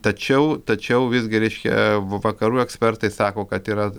tačiau tačiau visgi reiškia va vakarų ekspertai sako kad yra